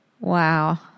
Wow